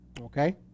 Okay